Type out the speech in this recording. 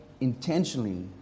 intentionally